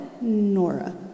Nora